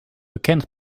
bekend